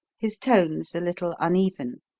his tones a little uneven.